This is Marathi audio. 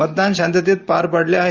मतदान शांततेत पार पडलं आहे